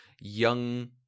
young